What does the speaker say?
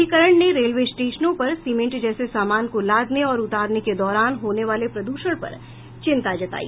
अधिकरण ने रेलवे स्टेशनों पर सीमेंट जैसे सामान को लादने और उतारने के दौरान होने वाले प्रदूषण पर चिंता जताई